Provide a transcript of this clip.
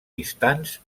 distants